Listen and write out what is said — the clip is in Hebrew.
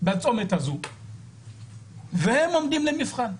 בצומת הזו והם עומדים למבחן,